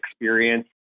experience